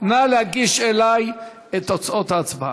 לא יכולים לשנות את התוצאה.